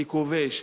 ככובש,